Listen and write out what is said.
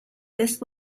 this